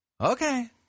Okay